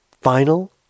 final